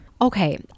Okay